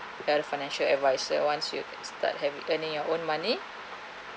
ya the financial advice once you start having earning your own money